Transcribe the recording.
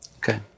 Okay